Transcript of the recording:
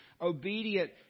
obedient